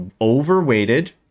overweighted